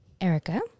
erica